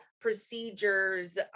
procedures